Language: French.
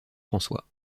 françois